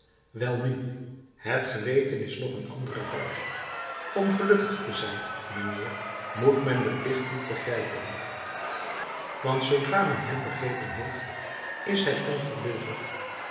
welnu het geweten is nog een andere vuist om gelukkig te zijn mijnheer moet men den plicht niet begrijpen want zoodra men hem begrepen heeft is hij onverbiddelijk